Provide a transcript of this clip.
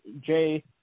Jay